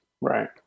Right